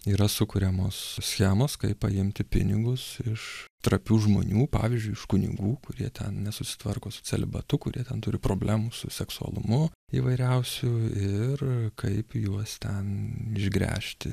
yra sukuriamos schemos kaip paimti pinigus iš trapių žmonių pavyzdžiui iš kunigų kurie ten nesusitvarko su celibatu kurie ten turi problemų su seksualumu įvairiausių ir kaip juos ten išgręžti